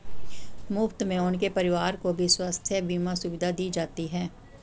मुफ्त में उनके परिवार को भी स्वास्थ्य बीमा सुविधा दी जाती है